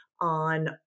on